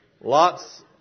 lots